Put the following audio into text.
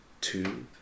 two